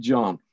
John